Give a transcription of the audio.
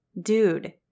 Dude